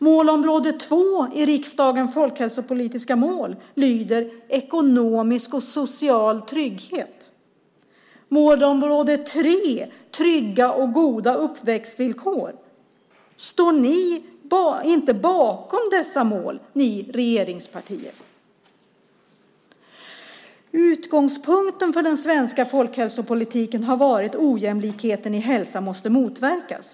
Målområde 2 i riksdagens folkhälsopolitiska mål lyder: Ekonomisk och social trygghet. Målområde 3 lyder: Trygga och goda uppväxtvillkor. Står ni regeringspartier inte bakom dessa mål? Utgångspunkten för den svenska folkhälsopolitiken har varit att ojämlikheten i hälsa måste motverkas.